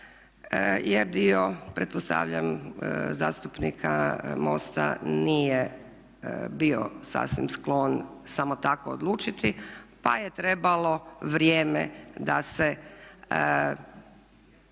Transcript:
jer dio pretpostavljam zastupnika MOST-a nije bio sasvim sklon samo tako odlučiti pa je trebalo vrijeme da se,